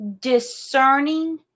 discerning